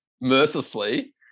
mercilessly